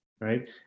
right